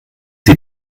sie